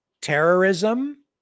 terrorism